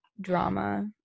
drama